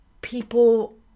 People